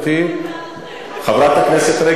חבר הכנסת בן-ארי,